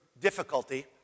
difficulty